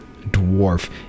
dwarf